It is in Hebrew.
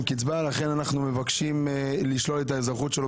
על כך שאנחנו פוגעים במיעוט כזה או אחר.